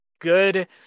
good